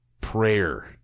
Prayer